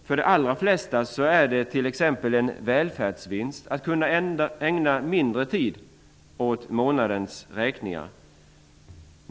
För de allra flesta är det till exempel en välfärdsvinst att kunna ägna mindre tid åt månadens räkningar.